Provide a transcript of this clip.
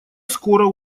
скоро